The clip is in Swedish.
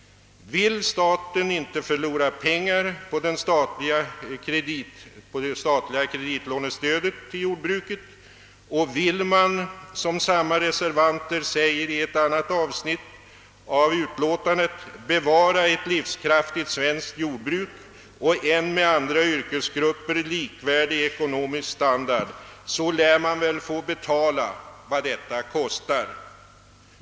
Vill staten inte förlora pengar på det statliga kreditlånestödet till jordbruket och vill man, som samma reservanter säger i ett annat avsnitt av utlåtandet, bevara ett livskraftigt svenskt jordbruk och ge jordbrukarna en med andra yrkesgrupper likvärdig ekonomisk standard, lär man väl få betala vad detta kostar.